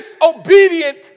disobedient